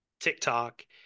TikTok